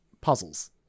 puzzles